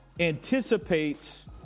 anticipates